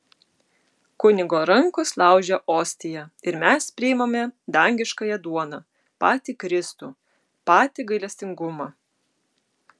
kunigo rankos laužia ostiją ir mes priimame dangiškąją duoną patį kristų patį gailestingumą